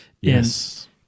Yes